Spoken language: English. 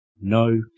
no